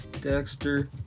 Dexter